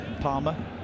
Palmer